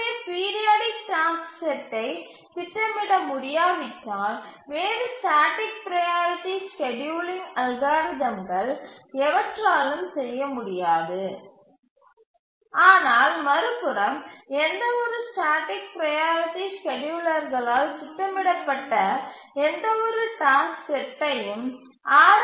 ஏ periodic task செட்டை திட்டமிட முடியாவிட்டால் வேறு ஸ்டேட்டிக் ப்ரையாரிட்டி ஸ்கேட்யூலிங் அல்காரிதம்கள் எவற்றாலும் செய்ய முடியாது ஆனால் மறுபுறம் எந்தவொரு ஸ்டேட்டிக் ப்ரையாரிட்டி ஸ்கேட்யூலரால் திட்டமிடப்பட்ட எந்தவொரு டாஸ்க் செட்டையும் ஆர்